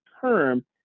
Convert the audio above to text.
term